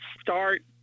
start